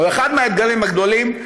או אחד האתגרים הגדולים,